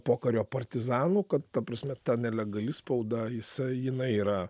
pokario partizanų kad ta prasme ta nelegali spauda jisai jinai yra